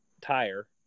tire